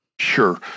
Sure